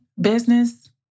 business